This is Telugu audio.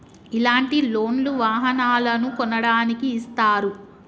ఇలాంటి లోన్ లు వాహనాలను కొనడానికి ఇస్తారు